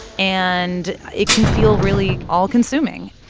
and it can feel really all-consuming.